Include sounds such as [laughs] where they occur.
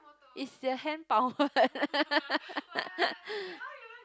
is your hand powered [laughs]